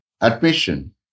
admission